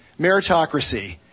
meritocracy